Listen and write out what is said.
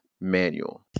Manual